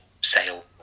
Sale